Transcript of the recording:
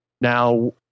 Now